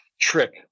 trick